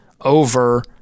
over